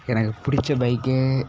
எனக்குப் பிடிச்ச பைக்கு